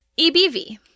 EBV